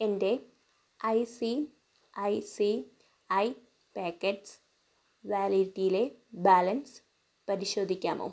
എൻ്റെ I C I C I pockets വാലറ്റിലെ balance പരിശോധിക്കാമോ